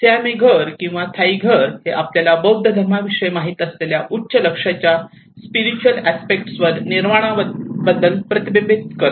सियामी घर किंवा थाई घर हे आपल्याला बौद्ध धर्माविषयी माहित असलेल्या उच्च लक्ष्याच्या स्पिरितुअल आस्पेक्ट वर निर्वाण बद्दल प्रतिबिंबित करते